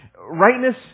Rightness